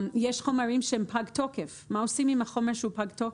יש חומרים שהם פגי תוקף מה עושים עם חומר שהוא פג תוקף?